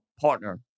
partner